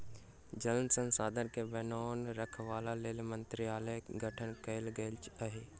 जल संसाधन के बनौने रखबाक लेल मंत्रालयक गठन कयल गेल अछि